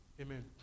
Amen